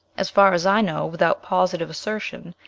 as far as i know without positive assertion,